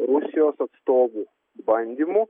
rusijos atstovų bandymų